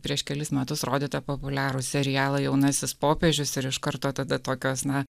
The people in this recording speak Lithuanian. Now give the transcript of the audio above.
prieš kelis metus rodytą populiarų serialą jaunasis popiežius ir iš karto tada tokios na